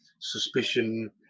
suspicion